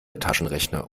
taschenrechner